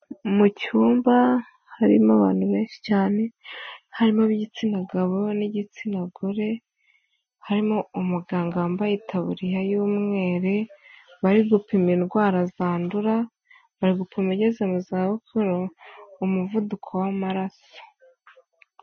Mu cyumba harimo abantu benshi cyane, harimo igitsina gabo n'igitsina gore, harimo umuganga wambaye itaburiya y'umweru, bari gupima indwara zandura bari gupima ugeze mu za bukuru, umuvuduko w'amaraso.